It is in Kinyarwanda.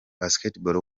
basketball